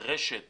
רשת